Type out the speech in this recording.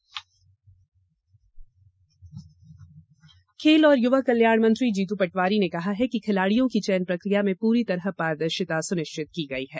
खेल और युवा कल्याण मंत्री खेल और युवा कल्याण मंत्री जीतू पटवारी ने कहा है कि खिलाड़ियों की चयन प्रक्रिया में पूरी तरह पारदर्शिता सुनिश्चित की गई है